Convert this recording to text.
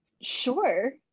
Sure